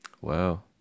Wow